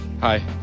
Hi